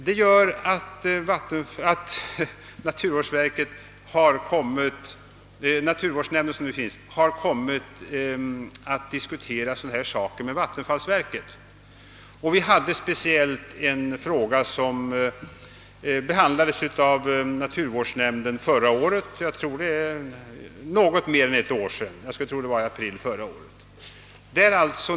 Den nuvarande naturvårdsnämnden har kommit att diskutera sådana här saker med vattenfallsverket. Förra året — jag tror det var i april månad — behandlade naturvårdsnämnden en fråga som det finns anledning att speciellt uppmärksamma.